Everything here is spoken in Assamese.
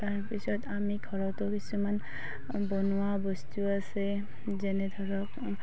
তাৰপিছত আমি ঘৰতো কিছুমান বনোৱা বস্তু আছে যেনে ধৰক